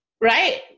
right